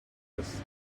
guests